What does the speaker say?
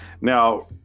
Now